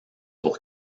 pour